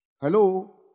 Hello